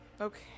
Okay